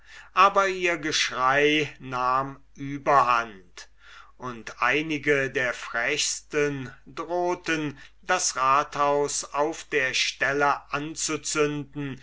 aber ihr geschrei nahm überhand und einige der frechsten drohten das rathaus auf der stelle anzuzünden